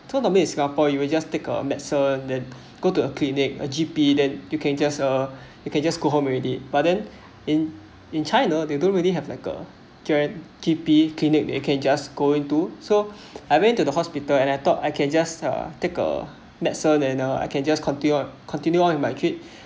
so normally is singapore you will just take a medicine then go to a clinic a G_P then you can just uh you can just go home already but then in in china they don't really have like a G_P clinic that you can just go in to so I went to the hospital and I thought I can just a take a medicine and then I can just continue or continue on my trip